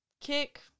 kick